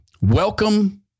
welcome